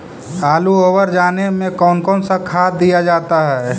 आलू ओवर जाने में कौन कौन सा खाद दिया जाता है?